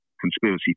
conspiracy